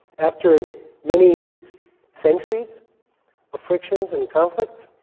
after many centuries of frictions and conflicts,